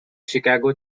chicago